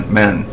men